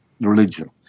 religion